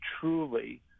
truly